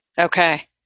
Okay